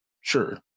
Sure